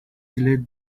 delayed